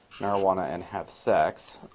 marijuana and have sex.